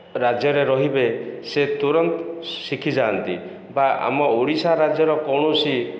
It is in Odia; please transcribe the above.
ରାଜ୍ୟରେ ରହିବେ ସେ ତୁରନ୍ତ ଶିଖିଯାଆନ୍ତି ବା ଆମ ଓଡ଼ିଶା ରାଜ୍ୟର କୌଣସି